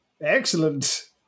excellent